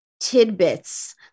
Tidbits